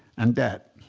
and debt.